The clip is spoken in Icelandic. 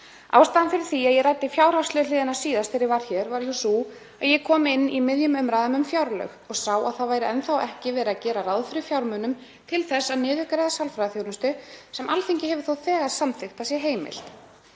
Ástæðan fyrir því að ég ræddi fjárhagshliðina síðast þegar var hér var sú að ég kom inn í miðjum umræðum um fjárlög og sá að það væri enn þá ekki verið að gera ráð fyrir fjármunum til að niðurgreiða sálfræðiþjónustu sem Alþingi hefur þó þegar samþykkt að sé heimilt.